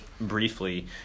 briefly